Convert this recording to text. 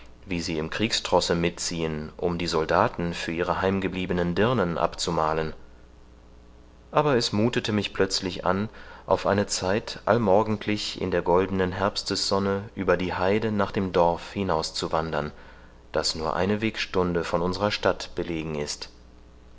wie sie im kriegstrosse mitziehen um die soldaten für ihre heimgebliebenen dirnen abzumalen aber es muthete mich plötzlich an auf eine zeit allmorgendlich in der goldnen herbstessonne über die heide nach dem dorf hinauszuwandern das nur eine wegstunde von unserer stadt belegen ist